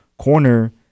corner